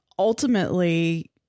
Ultimately